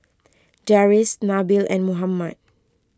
Deris Nabil and Muhammad